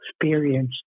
experience